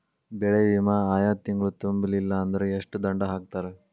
ಬೆಳೆ ವಿಮಾ ಆಯಾ ತಿಂಗ್ಳು ತುಂಬಲಿಲ್ಲಾಂದ್ರ ಎಷ್ಟ ದಂಡಾ ಹಾಕ್ತಾರ?